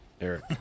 Eric